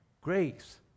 grace